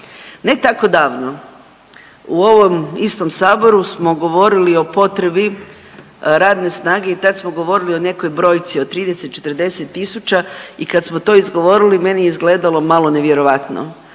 Ne tako davno u ovom istom Saboru smo govorili o potrebi radne snage i tad smo govorili o nekoj brojci od 30-40 tisuća i kad smo to izgovorili meni je izgledalo malo nevjerojatno,